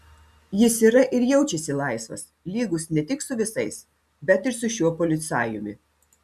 jis yra ir jaučiasi laisvas lygus ne tik su visais bet ir su šiuo policajumi